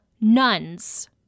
nuns